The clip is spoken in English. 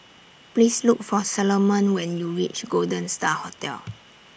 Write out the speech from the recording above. Please Look For Salomon when YOU REACH Golden STAR Hotel